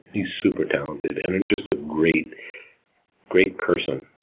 he's super talented, and just a great great person.